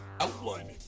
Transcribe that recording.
outlining